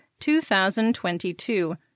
2022